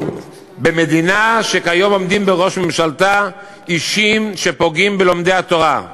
במדינה שכיום עומדים בראש ממשלתה אישים שפוגעים בלומדי התורה,